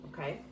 Okay